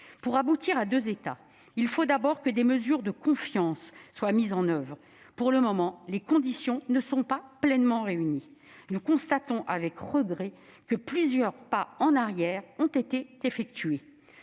Pour aboutir à deux États, il faut d'abord que des mesures de confiance soient mises en oeuvre. Pour le moment, les conditions ne sont pas pleinement réunies. Nous constatons avec regret que plusieurs pas en arrière ont été effectués.